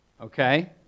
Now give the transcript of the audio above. okay